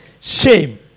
Shame